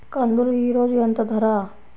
కందులు ఈరోజు ఎంత ధర?